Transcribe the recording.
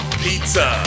pizza